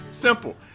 simple